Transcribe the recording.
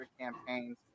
campaigns